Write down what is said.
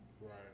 Right